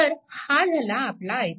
तर हा झाला आपला i3